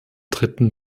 dritten